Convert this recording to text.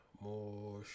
more